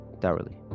thoroughly